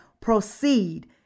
proceed